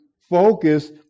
focus